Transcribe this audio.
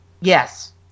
yes